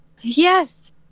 Yes